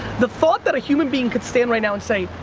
the thought that a human being could stand right now and say,